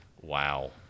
Wow